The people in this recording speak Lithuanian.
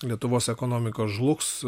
lietuvos ekonomika žlugs